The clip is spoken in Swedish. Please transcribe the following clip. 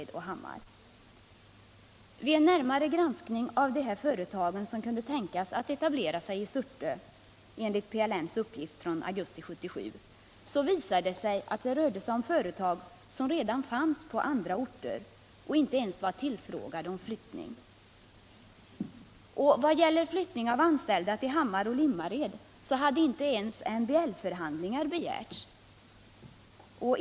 Som jag påpekat i min interpellation Om åtgärder för att rädda sysselsättningen i Surte Om åtgärder för att rädda sysselsättningen i Surte Vid en närmare granskning av de företag som, enligt PELM:s uppgift från augusti 1977, kunde tänka sig att göra etableringar i Surte visade det sig att det rörde sig om företag som redan hade verksamhet på andra orter och som inte ens var tillfrågade om flyttning. I vad gäller flyttning av anställda till Hammar och Limmared hade inte ens MBL-förhandlingar begärts.